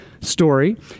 story